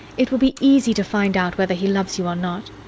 it will be easy to find out whether he loves you or not.